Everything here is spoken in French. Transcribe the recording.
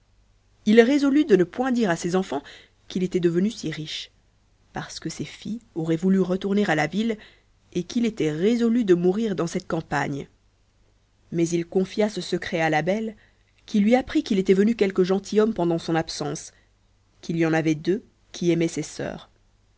il résolut de ne point dire à ses enfans qu'il était devenu si riche parce que ses filles auraient voulu retourner à la ville qu'il était résolu de mourir dans cette campagne mais il confia ce secret à la belle qui lui apprit qu'il était venu quelques gentilshommes pendant son absence et qu'il y en avait deux qui aimaient ses sœurs